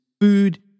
food